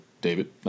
David